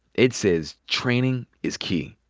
ed says training is key.